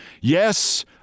Yes